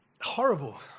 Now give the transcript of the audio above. horrible